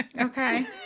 Okay